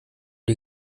die